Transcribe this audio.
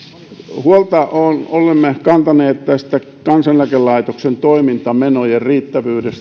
huolta olemme kantaneet kansaneläkelaitoksen toimintamenojen riittävyydestä